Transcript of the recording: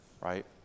right